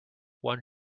one